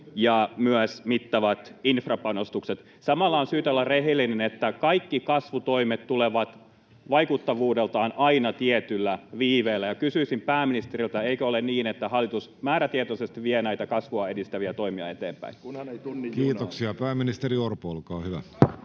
ja myös mittavat infrapanostukset. Samalla on syytä olla rehellinen, että kaikki kasvutoimet tulevat vaikuttavuudeltaan aina tietyllä viiveellä, ja kysyisin pääministeriltä: eikö ole niin, että hallitus määrätietoisesti vie näitä kasvua edistäviä toimia eteenpäin? [Eduskunnasta: Kunhan ei